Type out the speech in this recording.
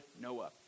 Noah